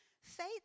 Faith